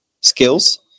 skills